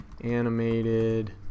animated